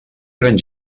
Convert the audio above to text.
gran